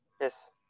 Yes